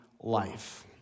life